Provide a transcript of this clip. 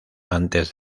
antes